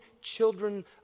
children